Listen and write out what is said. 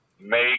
make